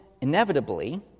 inevitably